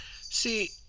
See